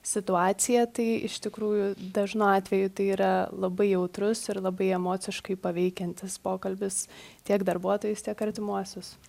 situaciją tai iš tikrųjų dažnu atveju tai yra labai jautrus ir labai emociškai paveikiantis pokalbis tiek darbuotojus tiek artimuosius